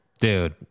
Dude